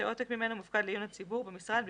שעותק ממנו מופקד לעיון הציבור במשרד,